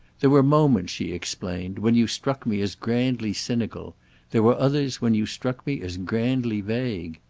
there were moments, she explained, when you struck me as grandly cynical there were others when you struck me as grandly vague.